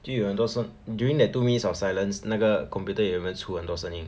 就有很多声 during that two minutes of silence 那个 computer 有没有出很多声音